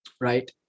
right